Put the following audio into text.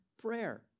prayer